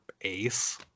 ace